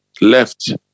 left